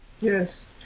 yes